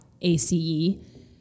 A-C-E